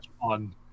fun